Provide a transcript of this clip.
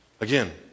Again